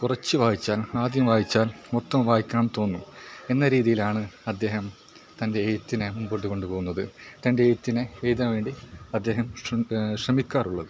കുറച്ച് വായിച്ചാൽ ആദ്യം വായിച്ചാൽ മൊത്തം വായിക്കാൻ തോന്നും എന്ന രീതിയിലാണ് അദ്ദേഹം തൻ്റെ എഴുത്തിനെ മുമ്പോട്ട് കൊണ്ട് പോകുന്നത് തൻ്റെ എഴുത്തിനെ എഴുതാൻ വേണ്ടി അദ്ദേഹം ശ്രമിക്ക ശ്രമിക്കാറുള്ളത്